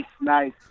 nice